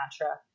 mantra